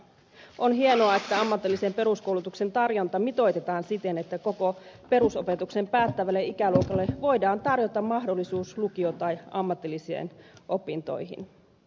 on hienoa että ammatillisen peruskoulutuksen tarjonta mitoitetaan siten että koko perusopetuksen päättävälle ikäluokalle voidaan tarjota mahdollisuus lukio tai ammatillisiin opintoihin